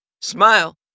Smile